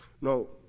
No